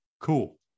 Cool